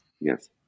Yes